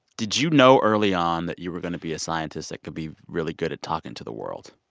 did you know early on that you were going to be a scientist that could be really good at talking to the world?